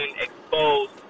exposed